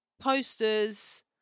posters